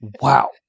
Wow